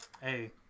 Hey